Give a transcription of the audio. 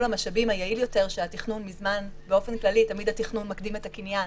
המשאבים היעיל יותר שבאופן כללי תמיד התכנון מקדים את הקניין,